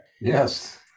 yes